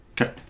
Okay